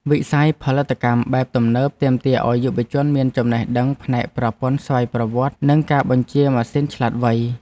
វិស័យផលិតកម្មបែបទំនើបទាមទារឱ្យយុវជនមានចំណេះដឹងផ្នែកប្រព័ន្ធស្វ័យប្រវត្តិកម្ម និងការបញ្ជាម៉ាស៊ីនឆ្លាតវៃ។